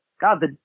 God